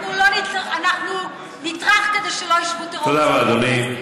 אנחנו נטרח כדי שלא ישבו טרוריסטים בכנסת.